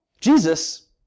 Jesus